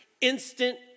instant